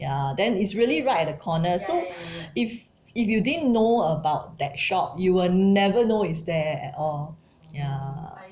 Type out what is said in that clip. ya then it's really right at a corner so if if you didn't know about that shop you will never know it's there at all ya